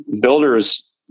Builders